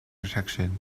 detection